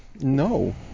No